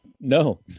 no